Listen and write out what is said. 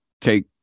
take